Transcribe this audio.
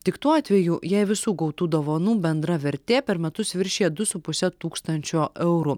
tik tuo atveju jei visų gautų dovanų bendra vertė per metus viršija du su puse tūkstančio eurų